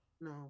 No